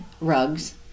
rugs